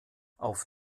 auf